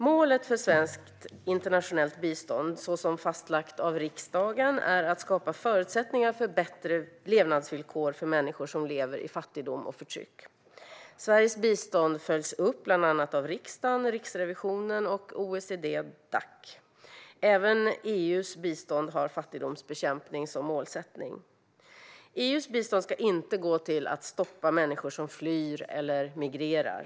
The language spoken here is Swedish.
Målet för svenskt internationellt bistånd, som det är fastlagt av riksdagen, är att skapa förutsättningar för bättre levnadsvillkor för människor som lever i fattigdom och under förtryck. Sveriges bistånd följs upp av bland andra riksdagen, Riksrevisionen och OECD-Dac. Även EU:s bistånd har fattigdomsbekämpning som målsättning. EU:s bistånd ska inte gå till att stoppa människor som flyr eller migrerar.